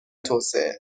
توسعه